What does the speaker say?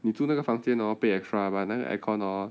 你住那个房间 orh pay extra but 那个 aircon orh